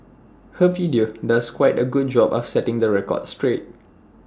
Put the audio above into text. her video does quite A good job of setting the record straight